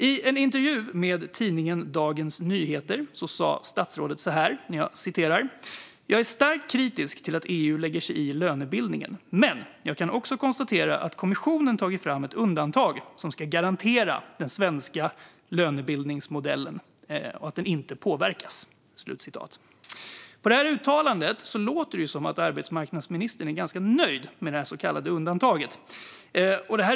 I en intervju med tidningen Dagens Nyheter sa statsrådet så här: "Jag är starkt kritisk till att EU lägger sig i lönebildningen. Men jag kan också konstatera att kommissionen tagit fram ett undantag som ska garantera att den svenska lönebildningsmodellen inte påverkas." På detta uttalande låter det som att arbetsmarknadsministern är ganska nöjd med det så kallade undantaget.